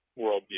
worldview